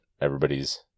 everybody's